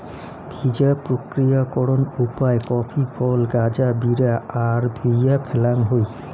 ভিজা প্রক্রিয়াকরণ উপায় কফি ফল গাঁজা বিরা আর ধুইয়া ফ্যালাং হই